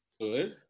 Good